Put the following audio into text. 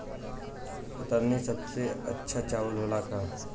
कतरनी सबसे अच्छा चावल होला का?